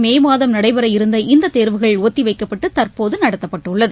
மேமாதம் நடைபெறவிருந்த இந்ததேர்வுகள் கோவிட் ஒத்திவைக்கப்பட்டு தற்போதுநடத்தப்பட்டுள்ளது